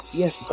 yes